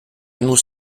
nous